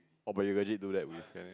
oh but you legit do that with